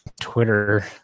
Twitter